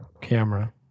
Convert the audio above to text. camera